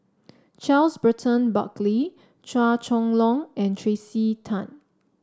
Charles Burton Buckley Chua Chong Long and Tracey Tan